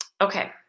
okay